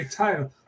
title